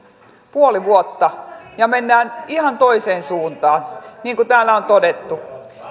puoli vuotta ja mennään ihan toiseen suuntaan niin kuin täällä on todettu